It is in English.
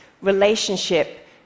relationship